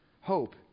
hope